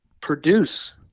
produce